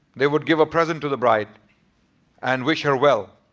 they would give a present to the bride and wish her well.